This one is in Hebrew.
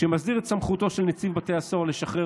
מסדיר את סמכותו של נציב בתי הסוהר לשחרר